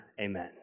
Amen